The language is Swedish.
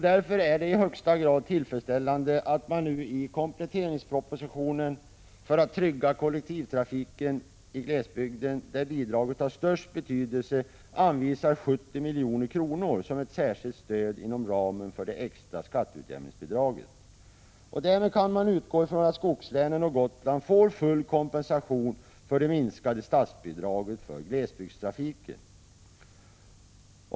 Därför är det i högsta grad tillfredsställande att man nu i kompletteringspropositionen, för att trygga kollektivtrafiken i glesbygden, där bidraget har störst betydelse, anvisar 70 milj.kr. som ett särskilt stöd inom ramen för det extra skatteutjämningsbidraget. Därmed kan man utgå ifrån att skogslänen och Gotland får full kompensation för det minskade statsbidraget för glesbygdstrafiken.